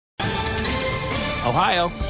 Ohio